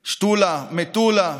שתולה, מטולה,